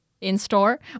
in-store